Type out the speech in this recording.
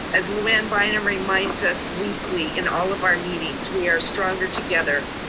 as lou anne bynum reminds us weekly in all of our meetings, we are stronger together.